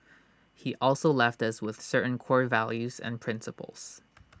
he also left us with certain core values and principles